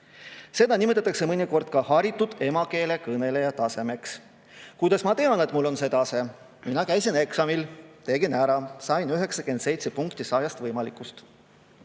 Seda nimetatakse mõnikord ka haritud emakeele kõneleja tasemeks. Kuidas ma tean, et mul on see tase? Ma käisin eksamil, tegin selle ära ja sain 97 punkti 100 võimalikust.